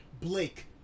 blake